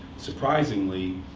surprisingly,